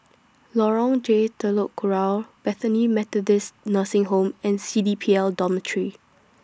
Lorong J Telok Kurau Bethany Methodist Nursing Home and C D P L Dormitory